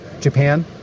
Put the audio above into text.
Japan